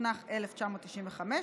התשנ"ה 1995,